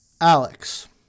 Alex